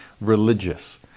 religious